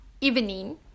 evening